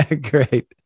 Great